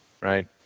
Right